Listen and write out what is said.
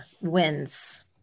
wins